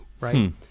right